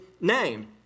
name